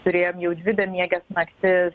turėjom jau dvi bemieges naktis